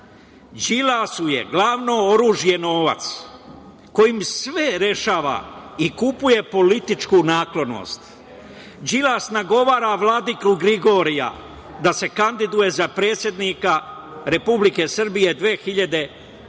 „Đilasu je glavno oružje novac, kojim sve rešava i kupuje političku naklonost. Đilas nagovara vladiku Gligorija da se kandiduje za predsednika Republike Srbije 2022,